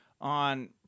on